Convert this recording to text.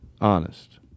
Honest